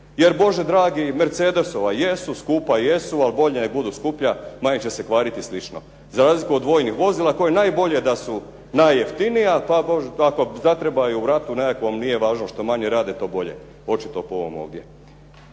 Jer Bože dragi Mercedesova jesu, skupa jesu ali bolje neka budu skuplja, manje će se kvariti i slično za razliku od vojnih vozila koja najbolje da su najjeftinija, pa ako zatrebaju u nekakvom ratu nije važno što manje rade to bolje, očito po ovom ovdje.